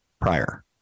prior